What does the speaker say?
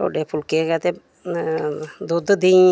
ढोड्डे फुलके ते दुद्ध देहीं